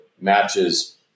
matches